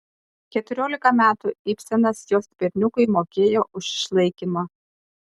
keturiolika metų ibsenas jos berniukui mokėjo už išlaikymą